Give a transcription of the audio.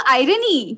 irony